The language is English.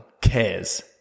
cares